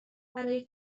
برای